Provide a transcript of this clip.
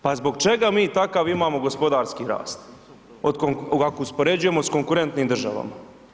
Pa zbog čega mi takav imamo gospodarski rast ako uspoređujemo s konkurentnim državama?